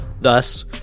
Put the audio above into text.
Thus